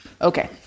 Okay